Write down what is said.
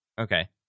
Okay